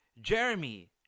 Jeremy